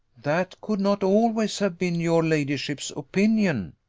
that could not always have been your ladyship's opinion,